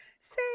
say